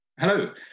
Hello